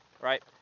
right